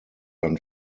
man